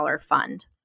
fund